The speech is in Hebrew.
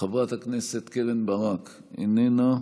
חברת הכנסת קרן ברק, איננה,